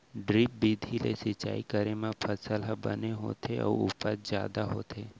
drip बिधि ले सिंचई करे म फसल ह बने होथे अउ उपज जादा होथे